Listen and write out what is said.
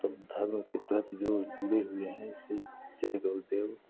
उस धर्म के तहत जो जुड़े हुए हैं जैसे जय गौ देव